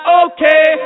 okay